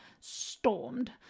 stormed